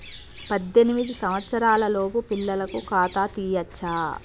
పద్దెనిమిది సంవత్సరాలలోపు పిల్లలకు ఖాతా తీయచ్చా?